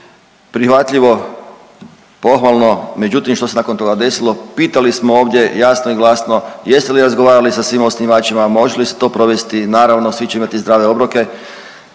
Prihvatljivo, pohvalno, međutim nakon što se toga desilo? Pitali smo ovdje jasno i glasno jeste li razgovarali sa svim osnivačima, može li se to provesti, naravno, svi će imati zdrave obroke.